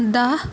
دَہ